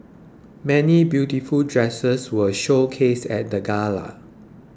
many beautiful dresses were showcased at the gala